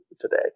today